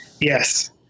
yes